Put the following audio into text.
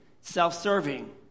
self-serving